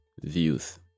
views